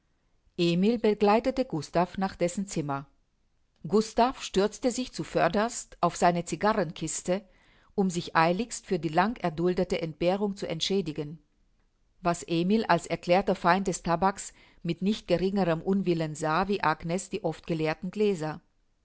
emil begleitete gustav nach dessen zimmer gustav stürzte sich zuförderst auf seine cigarren kiste um sich eiligst für die langerduldete entbehrung zu entschädigen was emil als erklärter feind des tabaks mit nicht geringerem unwillen sah wie agnes die oft geleerten gläser